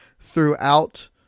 throughout